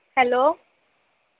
hello